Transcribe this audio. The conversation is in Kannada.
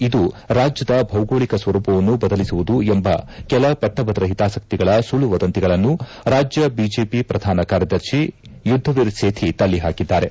ಇದು ರಾಜ್ದದ ಭೌಗೋಳಿಕ ಸ್ವರೂಪವನ್ನು ಬದಲಿಸುವುದು ಎಂಬ ಕೆಲ ಪಟ್ಟಭದ್ರ ಹಿತಾಸಕ್ತಿಗಳ ಸುಳ್ದು ವದಂತಿಗಳನ್ನು ರಾಜ್ಯ ಬಿಜೆಪಿ ಪ್ರಧಾನ ಕಾರ್ಯದರ್ಶಿ ಯುದ್ದವೀರ್ ಸೇಥಿ ತಳ್ಳಹಾಕಿದ್ದಾರೆ